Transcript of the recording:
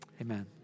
amen